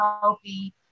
healthy